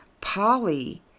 Polly